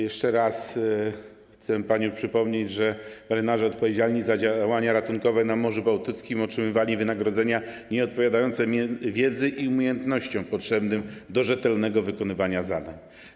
Jeszcze raz chcę przypomnieć, że marynarze odpowiedzialni za działania ratunkowe na Morzu Bałtyckim otrzymywali wynagrodzenia nieodpowiadające wiedzy i umiejętnościom potrzebnym do rzetelnego wykonywania zadań.